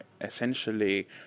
essentially